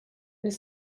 elle